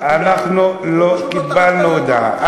אנחנו לא קיבלנו הודעה.